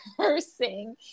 cursing